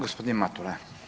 Gospodin Matula.